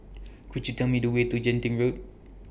Could YOU Tell Me The Way to Genting Road